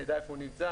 נדע איפה הוא נמצא,